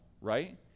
Right